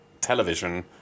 television